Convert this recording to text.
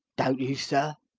don't you, sir?